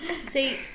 See